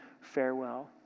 farewell